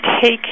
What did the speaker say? take